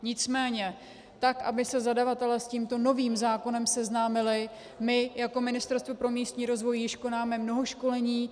Nicméně tak aby se zadavatelé s tímto novým zákonem seznámili, my jako Ministerstvo pro místní rozvoj již konáme mnoho školení.